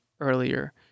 earlier